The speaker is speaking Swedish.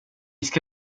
ska